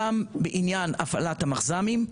גם בעניין הפעלת המחז"מים,